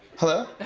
hello?